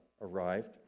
arrived